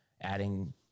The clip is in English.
adding